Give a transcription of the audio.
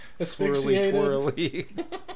asphyxiated